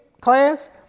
class